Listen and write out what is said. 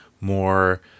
more